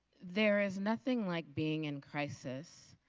there is nothing like being in crisis,